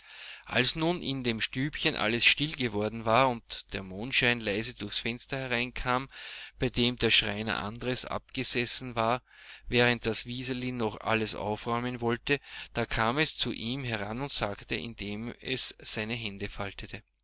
als nun in dem stübchen alles still geworden war und der mondschein leise durchs fenster hereinkam bei dem der schreiner andres abgesessen war während das wiseli noch alles aufräumen wollte da kam es zu ihm heran und sagte indem es seine hände faltete